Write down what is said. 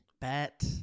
bet